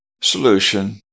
solution